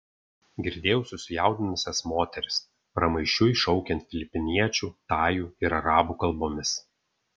girdėjau susijaudinusias moteris pramaišiui šaukiant filipiniečių tajų ir arabų kalbomis